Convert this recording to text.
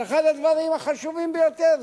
זה אחד הדברים החשובים ביותר,